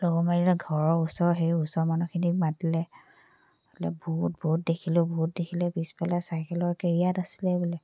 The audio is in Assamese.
লৰ মাৰিলে ঘৰৰ ওচৰৰ সেই মানুহখিনিক মাতিলে বোলে ভুত দেখিলোঁ ভুত দেখিলোঁ পিছফালে চাইকেলৰ কেৰিয়াৰত আছিলে বোলে